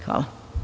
Hvala.